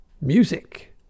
music